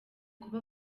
kuba